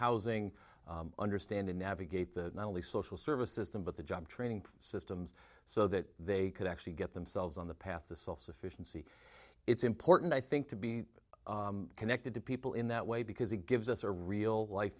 housing understand and navigate the not only social services them but the job training systems so that they could actually get themselves on the path to self sufficiency it's important i think to be connected to people in that way because it gives us a real life